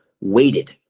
waited